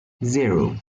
zero